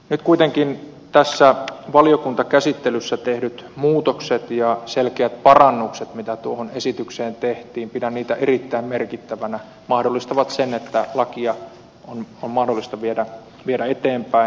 nyt kuitenkin valiokuntakäsittelyssä tehdyt muutokset ja selkeät parannukset mitä esitykseen tehtiin pidän niitä erittäin merkittävinä mahdollistavat sen että lakia on mahdollista viedä eteenpäin